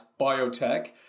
biotech